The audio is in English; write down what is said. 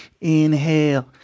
Inhale